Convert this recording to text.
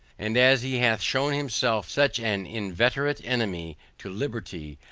and as he hath shewn himself such an inveterate enemy to liberty,